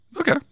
okay